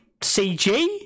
CG